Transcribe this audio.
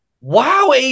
wow